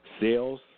sales